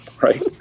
right